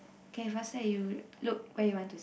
K faster you look where you want to see